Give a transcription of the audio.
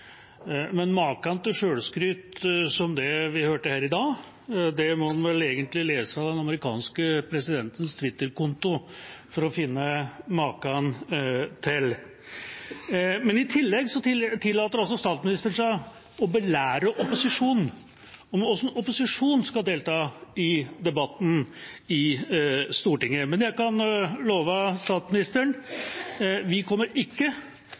men maken til selvskryt som det vi hørte her i dag, må en vel lese den amerikanske presidentens twitterkonto for å finne maken til. I tillegg tillater statsministeren seg å belære oss om hvordan opposisjonen skal delta i debatten i Stortinget. Jeg kan love statsministeren at vi kommer ikke